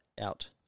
out